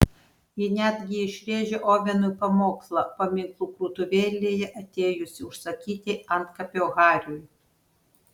ji netgi išrėžė ovenui pamokslą paminklų krautuvėje atėjusi užsakyti antkapio hariui